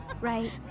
Right